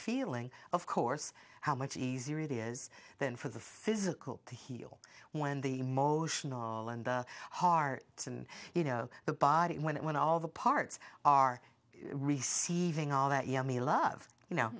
feeling of course how much easier it is than for the physical to heal when the emotional and heart and you know the body when it went all the parts are receiving all that yummy love you know